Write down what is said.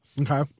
Okay